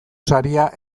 saria